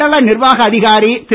மண்டல நிர்வாக அதிகாரி திரு